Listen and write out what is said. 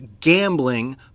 gambling